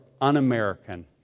un-American